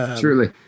truly